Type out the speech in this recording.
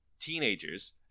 teenagers